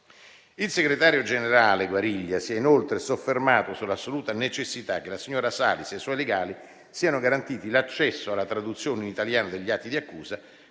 Il segretario generale Guariglia si è inoltre soffermato sull'assoluta necessità che alla signora Salis e ai suoi legali siano garantiti l'accesso alla traduzione in italiano degli atti di accusa